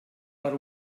per